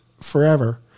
forever